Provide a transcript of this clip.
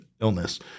illness